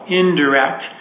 indirect